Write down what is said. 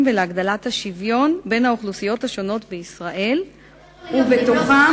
ולהגדלת השוויון בין האוכלוסיות השונות בישראל ובתוכן,